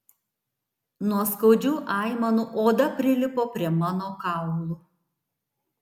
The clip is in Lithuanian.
nuo skaudžių aimanų oda prilipo prie mano kaulų